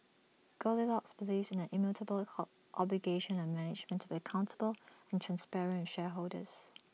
goldilocks believes in the immutable obligation on management to be accountable and transparent with shareholders